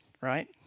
right